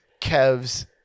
Kev's